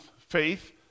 Faith